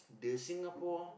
the Singapore